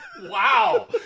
Wow